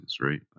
right